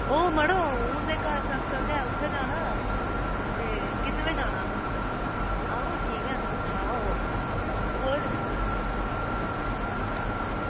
ओह् मड़ो उंदे घर सत्संग ऐ उत्थें जाना ते किन्ने बजे जाना अंऊ ठीक ऐ तुस सनाओ होर